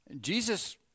Jesus